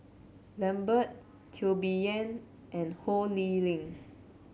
Lambert Teo Bee Yen and Ho Lee Ling